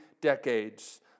decades